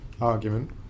argument